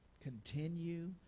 Continue